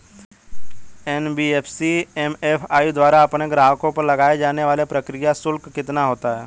NBFC MFI द्वारा अपने ग्राहकों पर लगाए जाने वाला प्रक्रिया शुल्क कितना होता है?